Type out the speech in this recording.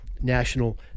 national